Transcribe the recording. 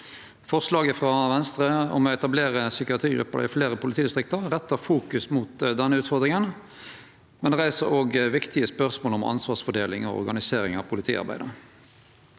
Forslaget frå Venstre om å etablere psykiatrigrupper i fleire politidistrikt rettar fokuseringa mot denne utfordringa, men det reiser òg viktige spørsmål om ansvarsfordeling av organiseringa av politiarbeidet.